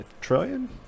trillion